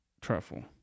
truffle